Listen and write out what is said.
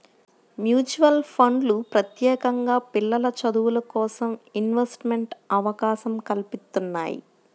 mutual ఫండ్లు ప్రత్యేకంగా పిల్లల చదువులకోసం ఇన్వెస్ట్మెంట్ అవకాశం కల్పిత్తున్నయ్యి